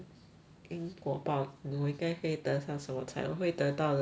因果报我应该会得到什么菜我会得到的是